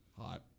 Hot